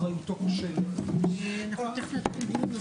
הישיבה ננעלה בשעה 11:54.